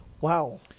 Wow